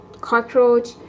cockroach